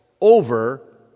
over